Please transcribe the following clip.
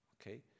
Okay